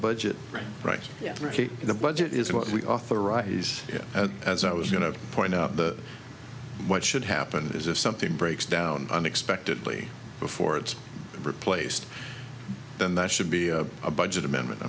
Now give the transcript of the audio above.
budget right right yeah in the budget is what we authorize it at as i was going to point out that what should happen is if something breaks down unexpectedly before it's replaced then that should be a budget amendment i